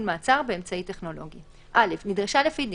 מעצר באמצעי טכנולוגי 6.(א)נדרשה לפי דין,